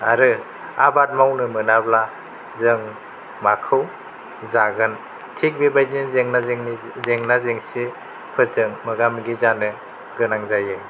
आरो आबाद मावनो मोनाब्ला जों माखौ जागोन थिग बेबायदिनो जेंनाजेंनि जेंना जेंसिफोरजों मोगा मोगि जानो गोनां जायो